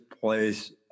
place